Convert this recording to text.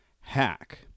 hack